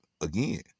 again